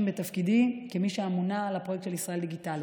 בתפקידי כמי שאמונה על הפרויקט של ישראל דיגיטלית,